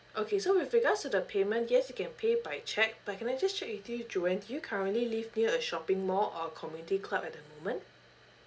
okay so with regards to the payment yes you can pay by cheque but can I just check with you johan do you currently live near a shopping mall or community club at the moment